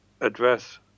address